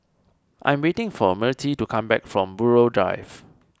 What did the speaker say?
I am waiting for Myrtie to come back from Buroh Drive